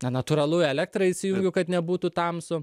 na natūralu elektrą įsijungiu kad nebūtų tamsu